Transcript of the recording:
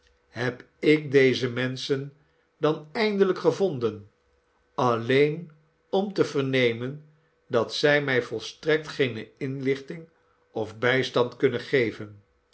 heb ik deze menschen dan eindelijk gevonden alleen om te vernemen dat zij mij volstrekt geene inlichting of bijstand kunnen geven